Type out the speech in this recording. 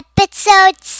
episode